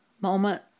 moment